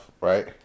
right